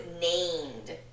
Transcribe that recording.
named